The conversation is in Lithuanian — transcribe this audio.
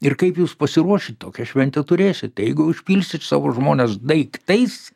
ir kaip jūs pasiruošit tokią šventę turėsit tai jeigu užpilsit savo žmones daiktais